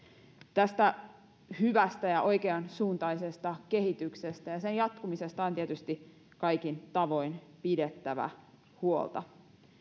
tästä hyvästä ja oikeansuuntaisesta kehityksestä ja sen jatkumisesta on tietysti kaikin tavoin pidettävä huolta